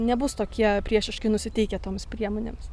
nebus tokie priešiškai nusiteikę toms priemonėms